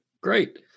great